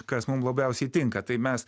kas mum labiausiai tinka tai mes